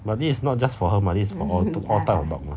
but this is not just for her mah this is for all type of dog